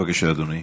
בבקשה, אדוני.